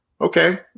okay